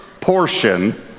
portion